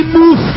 move